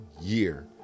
year